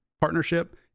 partnership